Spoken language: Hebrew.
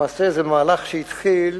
למעשה, זה מהלך שהתחיל